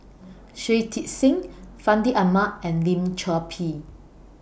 Shui Tit Sing Fandi Ahmad and Lim Chor Pee